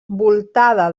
voltada